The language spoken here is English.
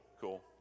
cool